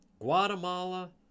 Guatemala